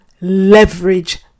leverage